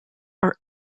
are